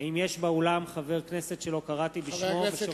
האם יש באולם חבר כנסת שלא קראתי בשמו?